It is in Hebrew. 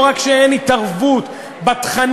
לא רק שאין התערבות בתכנים,